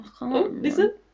Listen